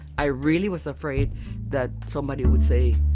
i really was afraid that somebody would say,